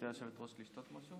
גברתי היושבת-ראש, חבריי